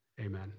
Amen